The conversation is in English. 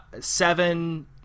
Seven